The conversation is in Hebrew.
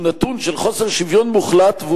שהוא נתון של חוסר שוויון מוחלט,